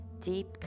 deep